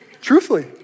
Truthfully